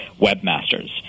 webmasters